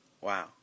Wow